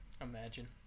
Imagine